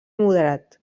moderat